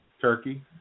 turkey